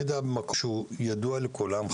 כשאתה שם את היחידה במקום שהוא ידוע לכולם,